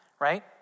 right